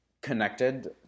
connected